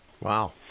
Wow